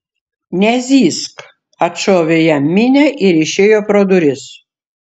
nezyzk atšovė jam minė ir išėjo pro duris